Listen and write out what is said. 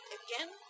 again